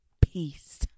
peace